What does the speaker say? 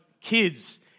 kids